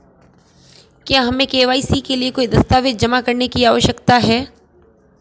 क्या हमें के.वाई.सी के लिए कोई दस्तावेज़ जमा करने की आवश्यकता है?